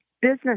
business